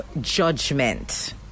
judgment